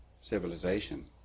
civilization